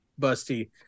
Busty